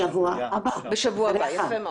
בשבוע הבא, אחרי החג.